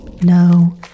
No